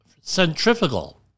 centrifugal